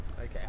Okay